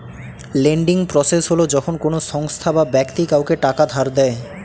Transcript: lending process হল যখন কোনো সংস্থা বা ব্যক্তি কাউকে টাকা ধার দেয়